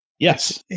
Yes